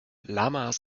lamas